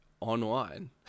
online